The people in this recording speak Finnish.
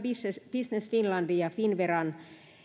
business finlandin ja finnveran